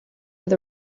with